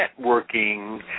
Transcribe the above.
networking